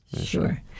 Sure